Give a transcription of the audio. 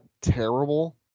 terrible